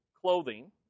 clothing